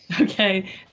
Okay